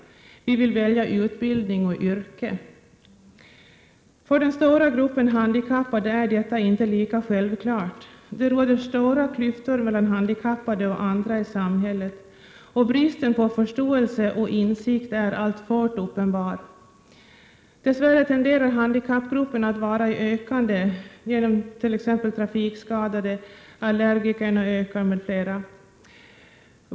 Vi vill välja utbildning och yrke. För den stora gruppen handikappade är detta inte lika självklart. Det råder stora klyftor mellan handikappade och andra i samhället, och bristen på förståelse och insikt är alltfort uppenbar. Dess värre tenderar handikappgruppen att vara i ökande — det gäller t.ex. trafikskadade och allergiker.